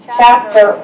chapter